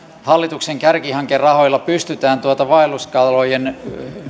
hallituksen kärkihankerahoilla pystytään tuota vaelluskalojen